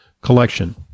collection